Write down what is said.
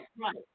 Right